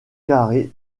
carrée